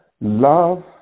love